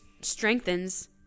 strengthens